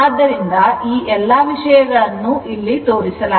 ಆದ್ದರಿಂದ ಈ ಎಲ್ಲ ವಿಷಯಗಳನ್ನು ಇಲ್ಲಿ ತೋರಿಸಲಾಗಿದೆ